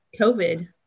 COVID